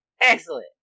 excellent